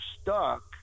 stuck